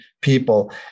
people